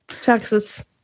Texas